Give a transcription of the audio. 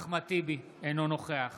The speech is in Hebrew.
אינו נוכח